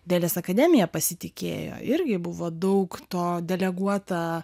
dailės akademija pasitikėjo irgi buvo daug to deleguota